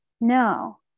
No